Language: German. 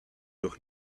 doch